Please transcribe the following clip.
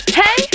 hey